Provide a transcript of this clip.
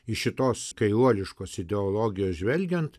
iš šitos kairuoliškos ideologijos žvelgiant